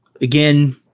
again